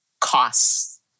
costs